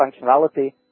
functionality